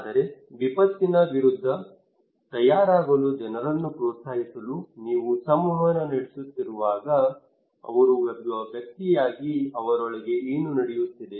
ಆದರೆ ವಿಪತ್ತಿನ ವಿರುದ್ಧ ತಯಾರಾಗಲು ಜನರನ್ನು ಪ್ರೋತ್ಸಾಹಿಸಲು ನೀವು ಸಂವಹನ ನಡೆಸುತ್ತಿರುವಾಗ ಅವರು ಒಬ್ಬ ವ್ಯಕ್ತಿಯಾಗಿ ಅವರೊಳಗೆ ಏನು ನಡೆಯುತ್ತಿದೆ